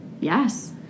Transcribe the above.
yes